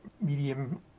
medium